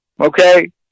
okay